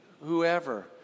whoever